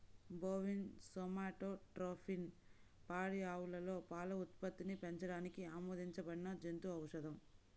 bovine somatotropin పాడి ఆవులలో పాల ఉత్పత్తిని పెంచడానికి ఆమోదించబడిన జంతు ఔషధం